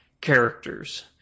characters